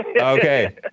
Okay